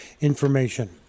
information